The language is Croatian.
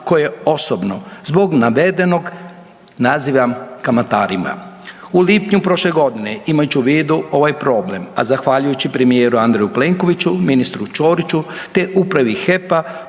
koje osobno zbog navedenog nazivam kamatarima. U lipnju prošle godine imajući u vidu ovaj problem, a zahvaljujući premijeru Andreju Plenkoviću, ministru Ćoriću, te upravi HEP-a